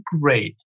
great